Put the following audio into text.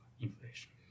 inflation